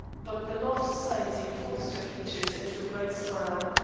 but the law of society forced her features into a bright smile.